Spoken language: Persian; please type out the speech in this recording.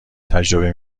تجربه